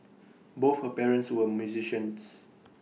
both her parents were musicians